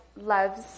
loves